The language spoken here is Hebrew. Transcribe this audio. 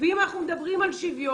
ואם אנחנו מדברים על שוויון,